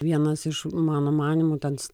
vienas iš mano manymu tens